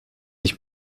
ich